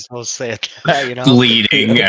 Bleeding